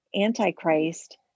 antichrist